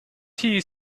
tea